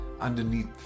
underneath